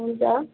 हुन्छ